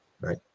Right